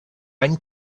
any